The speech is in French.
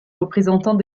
représentants